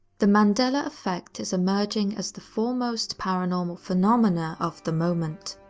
the mandela effect is emerging as the foremost paranormal phenomenon of the moment.